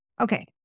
Okay